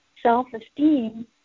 self-esteem